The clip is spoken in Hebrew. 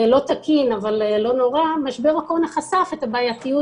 לא תקין אבל לא נורא משבר הקורונה חשף את הבעייתיות